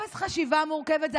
אפס חשיבה מורכבת.